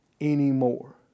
anymore